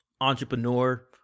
entrepreneur